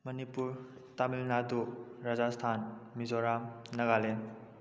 Manipur Tamil Nadu Rajasthan Mizoram Nagaland